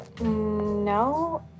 No